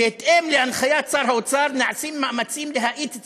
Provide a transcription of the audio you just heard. בהתאם להנחיית שר האוצר נעשים מאמצים להאיץ את